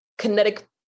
Kinetic